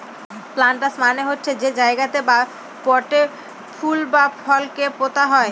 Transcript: planters মানে হচ্ছে যে জায়গাতে বা পটে ফুল বা ফলকে পোতা হয়